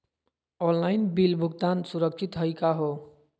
Online bill भुगतान सुरक्षित हई का हो?